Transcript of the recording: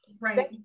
right